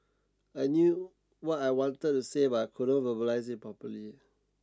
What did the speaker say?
I knew what I wanted to say but I couldn't verbalize it properly